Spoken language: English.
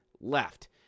left